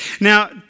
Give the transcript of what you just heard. Now